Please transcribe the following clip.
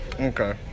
okay